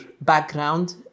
background